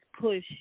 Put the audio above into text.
push